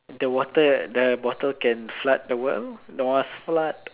the water the bottle can flood the world must flood